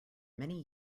many